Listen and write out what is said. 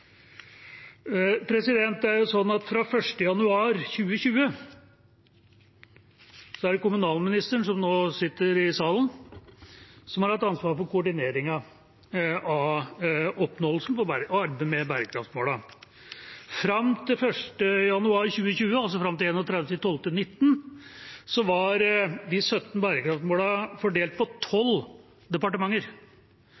Det er slik at fra 1. januar 2020 er det kommunalministeren, som nå sitter i salen, som har hatt ansvaret for koordineringen av arbeidet med og oppnåelsen av bærekraftsmålene. Fram til 1. januar 2020, altså fram til 31. desember 2019, var de 17 bærekraftsmålene fordelt på